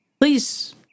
Please